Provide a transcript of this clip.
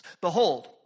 Behold